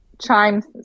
Chimes